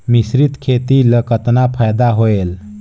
मिश्रीत खेती ल कतना फायदा होयल?